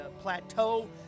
plateau